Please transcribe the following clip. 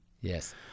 yes